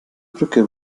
brücke